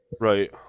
Right